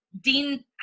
Dean